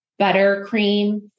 buttercream